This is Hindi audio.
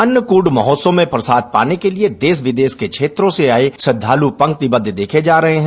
अन्नकूट महोत्सव में प्रसाद पाने के लिए देश विदेश के क्षेत्रों से आये श्रद्वालु पंक्तिबद्ध देखे जा रहे हैं